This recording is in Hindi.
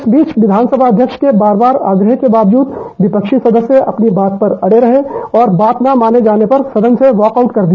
इस बीच विधानसभा अध्यक्ष के बार बार आग्रह के बावजूद विपक्षी सदस्य अपनी बात पर अडे रहे और बात न माने जाने पर सदन से वाकआउट कर दिया